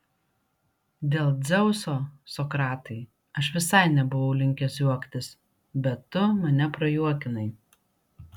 dėl dzeuso sokratai aš visai nebuvau linkęs juoktis bet tu mane prajuokinai